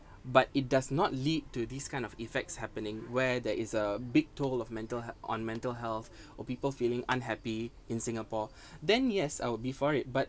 but it does not lead to these kind of effects happening where there is a big toll of mental on mental health or people feeling unhappy in singapore then yes I will be for it but